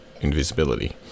invisibility